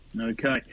Okay